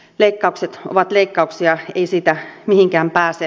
leikkaukset ovat leikkauksia ei siitä mihinkään pääse